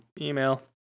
Email